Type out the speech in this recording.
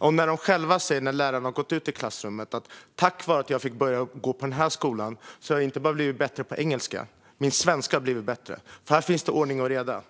De säger själva när lärarna lämnat klassrummet att de tack vare att de fått börja på denna skola inte bara blivit bättre på engelska utan även på svenska. Eleverna säger: "Här är ordning och reda,